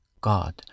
God